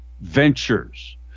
ventures